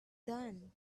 done